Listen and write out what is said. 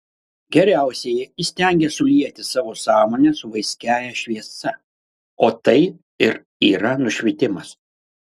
geriausieji įstengia sulieti savo sąmonę su vaiskiąja šviesa o tai ir yra nušvitimas